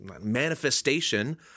manifestation